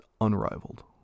unrivaled